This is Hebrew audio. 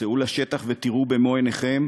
צאו לשטח ותראו במו-עיניכם.